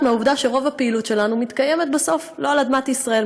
מהעובדה שרוב הפעילות שלנו מתקיימת בסוף לא על אדמת ישראל,